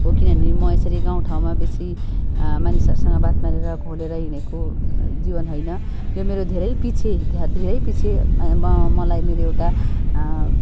हो किनभने म यसरी गाउँठाँउमा बेसी मानिसहरूसँग बात मारेर घोलिएर हिँडेको जीवन होइन यो मेरो धेरै पछि धेरै पछि म मलाई एउटा